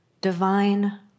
divine